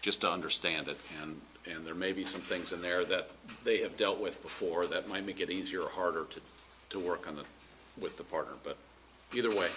just understand that and and there may be some things in there that they have dealt with before that might make it easier or harder to to work on them with the partner but either way